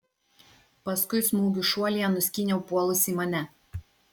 paskui smūgiu šuolyje nuskyniau puolusį mane